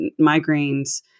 migraines